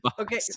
Okay